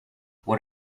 what